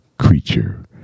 creature